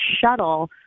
shuttle